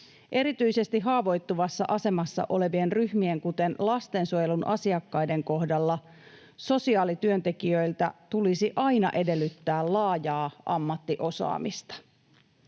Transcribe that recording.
Erityisesti haavoittuvassa asemassa olevien ryhmien, kuten lastensuojelun asiakkaiden, kohdalla sosiaalityöntekijöiltä tulisi aina edellyttää laajaa ammattiosaamista.